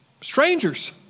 strangers